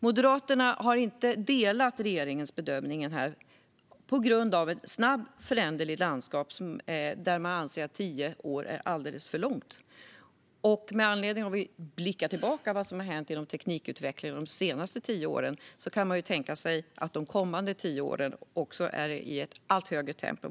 Moderaterna har inte delat regeringens bedömning på grund av att det är ett snabbt föränderligt landskap, och vi anser att tio år är alldeles för lång tid. Om vi blickar tillbaka på vad som har hänt inom teknikutvecklingen de senaste tio åren finns det anledning att tänka sig att teknikutvecklingen under de kommande tio åren kommer att ske i ett allt högre tempo.